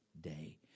day